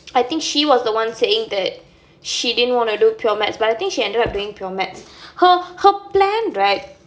I think she was the [one] saying that she didn't wanna do pure mathematics but I think she ended up doing pure mathematics her her plan right